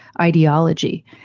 ideology